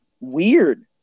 weird